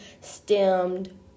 stemmed